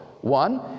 One